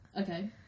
Okay